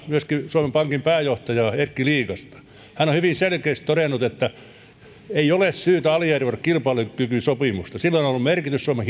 myöskin suomen pankin pääjohtajaa erkki liikasta hän on hyvin selkeästi todennut että ei ole syytä aliarvioida kilpailukykysopimusta sillä on ollut merkitys suomen